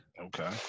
Okay